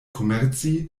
komerci